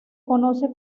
conoce